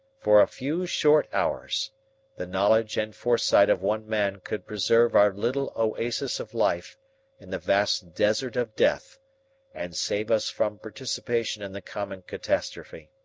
for a few short hours the knowledge and foresight of one man could preserve our little oasis of life in the vast desert of death and save us from participation in the common catastrophe.